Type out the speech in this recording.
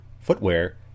footwear